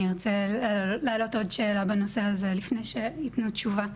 אני ארצה להעלות עוד שאלה בנושא הזה לפני שיתנו תשובה.